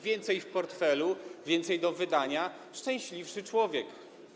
Więcej w portfelu, więcej do wydania, szczęśliwszy człowiek.